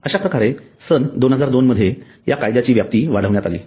अश्याप्रकारे सन 2002 मध्ये या कायद्याची व्याप्ती वाढवण्यात आली